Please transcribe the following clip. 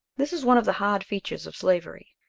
this is one of the hard features of slavery.